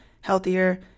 healthier